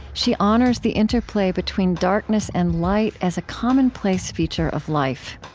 she honors the interplay between darkness and light as a commonplace feature of life.